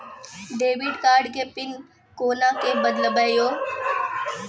Debit card के PIN कोना के बदलबै यो?